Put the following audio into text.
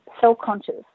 self-conscious